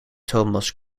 thomas